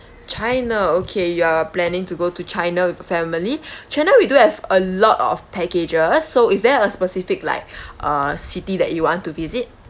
china okay you're planning to go to china with your family china we do have a lot of packages so is there a specific like uh city that you want to visit